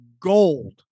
gold